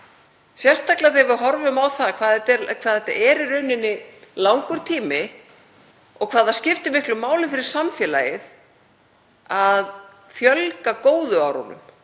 sérstaklega þegar við horfum á það hvað þetta er í rauninni langur tími og hvað það skiptir miklu máli fyrir samfélagið að fjölga góðu árunum?